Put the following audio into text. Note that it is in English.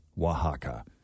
Oaxaca